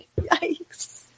Yikes